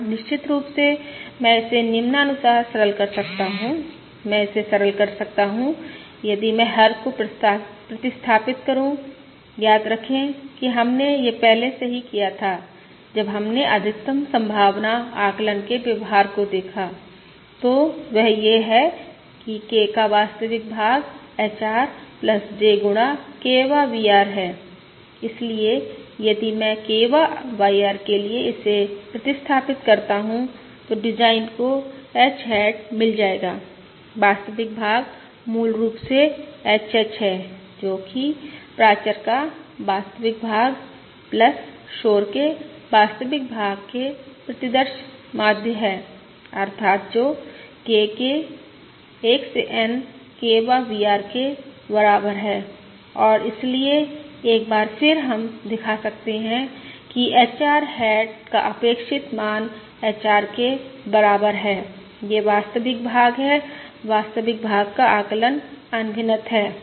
अब निश्चित रूप से मैं इसे निम्नानुसार सरल कर सकता हूं मैं इसे सरल कर सकता हूं यदि मैं हर को प्रतिस्थापित करू याद रखें कि हमने यह पहले से ही किया था जब हमने अधिकतम संभावना आकलन के व्यवहार को देखा तो वह यह है कि K का वास्तविक भाग HR J गुणा K वाँ VR है इसलिए यदि मैं K वाँ YR के लिए इसे प्रतिस्थापित करता हूं तो डिज़ाइन को H हैट मिल जाएगा वास्तविक भाग मूल रूप से HH है जो कि प्राचर का वास्तविक भाग शोर के वास्तविक भाग के प्रतिदर्श माध्य है अर्थात् जो K के 1 से N K वाँ VR के बराबर है और इसलिए एक बार फिर हम दिखा सकते हैं कि HR हैट का अपेक्षित मान HR के बराबर है यह वास्तविक भाग है वास्तविक भाग का आकलन अनभिनत है